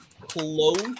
close